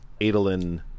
Adolin